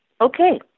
Okay